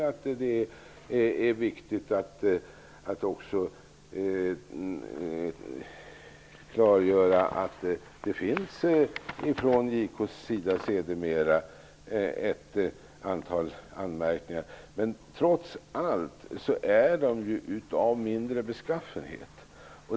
Det är viktigt att också klargöra att JK sedermera har gjort ett antal anmärkningar. Men de är trots allt av mindre beskaffenhet.